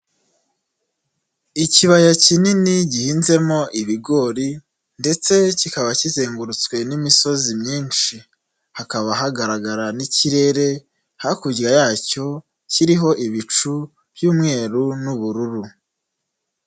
Ikibaya kinini gihinzemo ibigori ndetse kikaba kizengurutswe n'imisozi myinshi. Hakaba hagaragara n'ikirere, hakurya yacyo kiriho ibicu by'umweru n'ubururu.